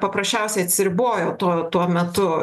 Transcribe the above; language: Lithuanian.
paprasčiausiai atsiribojo tuo tuo metu